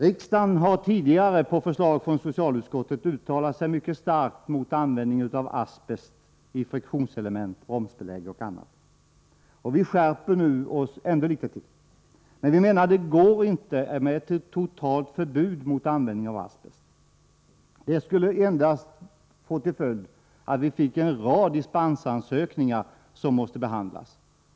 Riksdagen har tidigare, på förslag från socialutskottet, uttalat sig mycket starkt mot användning av asbest i friktionselement, bromsbelägg och annat. Vi skärper oss nu ännu litet mer. Vi menar att det emellertid inte går att införa ett totalt förbud mot användning av asbest. Det skulle endast få till följd att det blev en rad dispensansökningar, som måste behandlas.